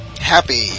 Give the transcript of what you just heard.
happy